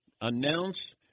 announce